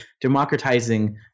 democratizing